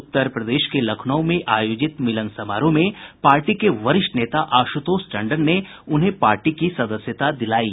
उत्तर प्रदेश के लखनऊ में आयोजित मिलन समारोह में पार्टी के वरिष्ठ नेता आश्रतोष टंडन ने उन्हें पार्टी की सदस्यता दिलायी